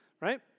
Right